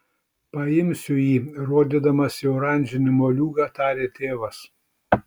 paimsiu jį rodydamas į oranžinį moliūgą tarė tėvas